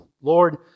Lord